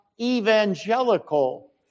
evangelical